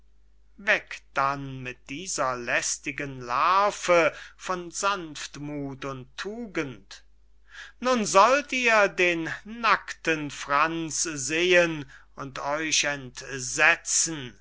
weg dann mit dieser lästigen larve von sanftmuth und tugend nun sollt ihr den nakten franz sehen und euch entsetzen